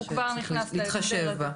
הוא כבר נכנס להסדר הזה.